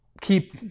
keep